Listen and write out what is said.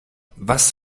was